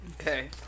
Okay